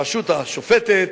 הרשות השופטת,